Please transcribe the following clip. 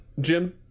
Jim